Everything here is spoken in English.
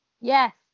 Yes